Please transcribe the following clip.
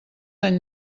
tan